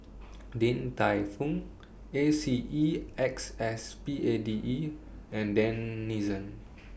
Din Tai Fung A C E X S P A D E and Denizen